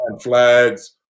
flags